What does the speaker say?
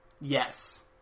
Yes